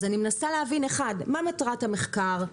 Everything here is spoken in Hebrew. אני מנסה להבין מה מטרת המחקר.